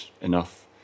enough